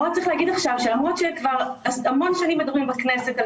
עכשיו שלמרות שכבר המון שנים מדברים בכנסת על